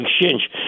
exchange